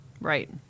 right